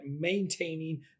maintaining